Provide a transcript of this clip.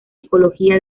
ecología